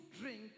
drink